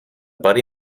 buddy